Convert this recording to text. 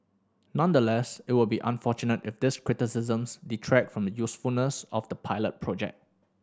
nonetheless it will be unfortunate if these criticisms detract from the usefulness of the pilot project